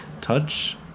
touch